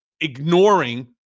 ignoring